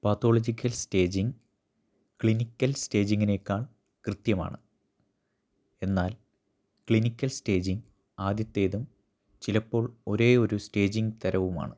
pathological staging clinical സ്റ്റേജിംഗിനേക്കാൾ കൃത്യമാണ് എന്നാൽ ക്ലിനിക്കൽ സ്റ്റേജിംഗ് ആദ്യത്തേതും ചിലപ്പോൾ ഒരേയൊരു സ്റ്റേജിംഗ് തരവുമാണ്